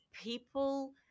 people